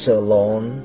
alone